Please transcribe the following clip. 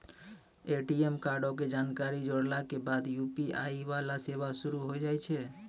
ATM कार्डो के जानकारी जोड़ला के बाद यू.पी.आई वाला सेवा शुरू होय जाय छै